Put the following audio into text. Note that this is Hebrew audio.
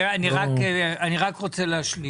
רוצה להשלים.